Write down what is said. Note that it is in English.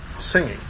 singing